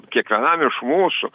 kiekvienam iš mūsų